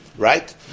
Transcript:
Right